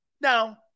Now